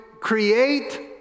create